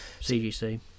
CGC